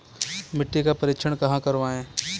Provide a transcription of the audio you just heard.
मिट्टी का परीक्षण कहाँ करवाएँ?